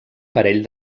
parell